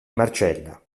marcella